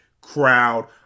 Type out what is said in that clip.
crowd